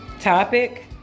topic